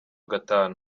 gatanu